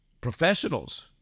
professionals